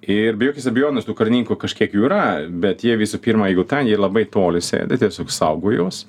ir be jokios abejonės tų karininkų kažkiek jų yra bet jie visų pirma jeigu ten jie labai toli sėdi tiesiog saugo juos